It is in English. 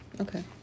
Okay